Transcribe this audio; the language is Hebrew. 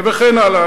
וכן הלאה,